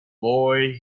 boy